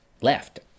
left